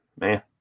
man